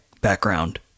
background